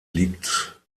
liegt